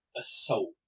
assault